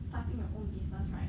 starting your own business right